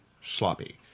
sloppy